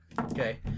Okay